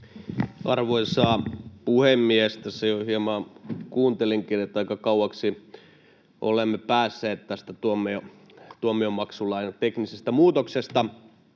Arvoisa puhemies! Tässä jo hieman kuuntelinkin, että aika kauaksi olemme päässeet tästä tuomioistuinmaksulain teknisestä muutoksesta,